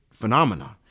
Phenomena